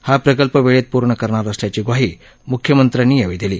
हा प्रकल्प वेळेत पर्ण करणार असल्याची ग्वाही मुख्यमंत्र्यांनी यावेळी दिली